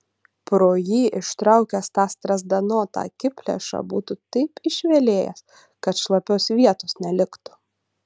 pro jį ištraukęs tą strazdanotą akiplėšą būtų taip išvelėjęs kad šlapios vietos neliktų